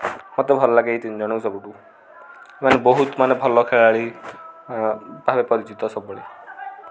ମୋତେ ଭଲ ଲାଗେ ଏଇ ତିନି ଜଣଙ୍କୁ ସବୁଠୁ ଏମାନେ ବହୁତ ମାନେ ଭଲ ଖେଳାଳି ଭାବେ ପରିଚିତ ସବୁବେଳେ